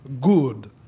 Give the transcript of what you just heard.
good